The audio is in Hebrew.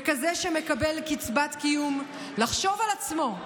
כזה שמקבל קצבת קיום, שיחשוב על עצמו,